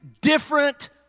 different